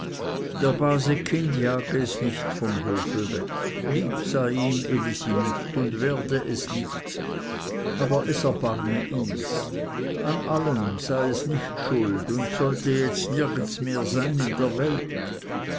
jage es nicht vom hofe weg lieb sei ihm elisi nicht und werde es nicht aber es erbarme ihns an allem sei es nicht schuld und sollte jetzt nirgends mehr sein in der welt